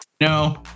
No